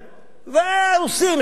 רוסים.